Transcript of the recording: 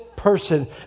person